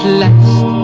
last